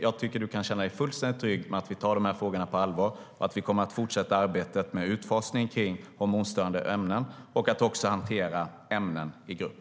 Jag tycker att du kan känna dig fullständigt trygg, Lena Ek, med att vi tar frågorna på allvar. Vi kommer att fortsätta arbetet med utfasning av hormonstörande ämnen och med att hantera ämnen i grupp.